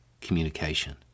communication